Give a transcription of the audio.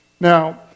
Now